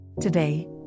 Today